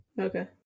Okay